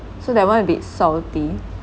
so that [one] a bit salty